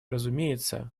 разумеется